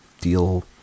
deal